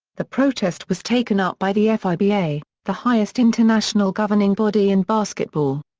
the protest was taken up by the fiba, the highest international governing body in basketball.